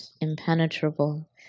impenetrable